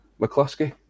McCluskey